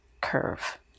curve